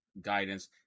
guidance